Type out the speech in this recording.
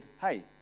hey